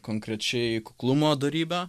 konkrečiai kuklumo dorybę